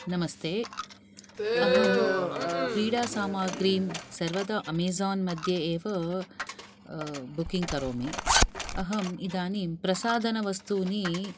नमस्ते अहं क्रीडासामग्रीं सर्वदा अमेज़ान् मध्ये एव बुकिङ्ग् करोमि अहम् इदानीं प्रसाधनवस्तूनी